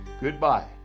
Goodbye